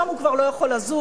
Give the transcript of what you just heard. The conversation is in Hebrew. שם הוא כבר לא יכול לזוז,